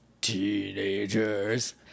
Teenagers